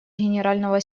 генерального